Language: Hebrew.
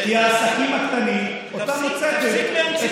כי העסקים הקטנים, אותם הוצאתם.